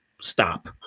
stop